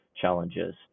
challenges